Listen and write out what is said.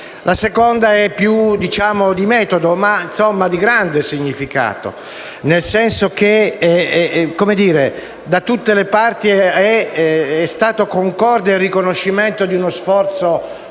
La questione più di metodo, ma di grande significato: da tutte le parti è stato concorde il riconoscimento di uno sforzo